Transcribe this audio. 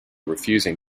refusing